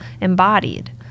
embodied